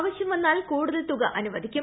ആവശൃം വന്നാൽ കൂടുതൽ തുക അനുവദിക്കും